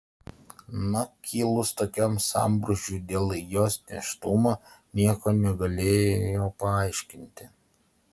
na kilus tokiam sambrūzdžiui dėl jos nėštumo nieko negalėjo paaiškinti